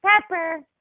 pepper